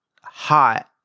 hot